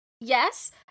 Yes